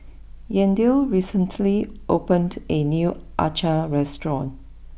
Yandel recently opened a new Acar restaurant